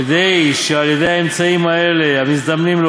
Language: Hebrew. כדי שעל-ידי האמצעים האלה המזדמנים לו